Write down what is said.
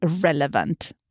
relevant